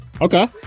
okay